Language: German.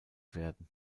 werden